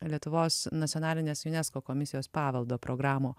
lietuvos nacionalinės unesco komisijos paveldo programų